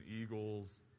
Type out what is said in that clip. eagles